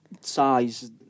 size